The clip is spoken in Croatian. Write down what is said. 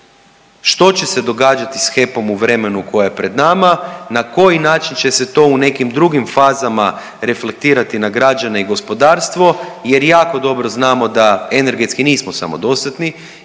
što će se događati sa HEP-om u vremenu koje je pred nama, na koji način će se to u nekim drugim fazama reflektirati na građane i gospodarstvo jer jako dobro znamo da energetski nismo samodostatni.